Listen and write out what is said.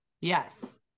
Yes